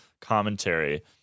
commentary